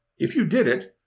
if you did it,